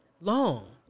long